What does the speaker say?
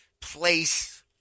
place